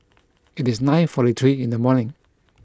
it is nine forty three in the morning